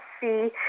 see